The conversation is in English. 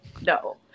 No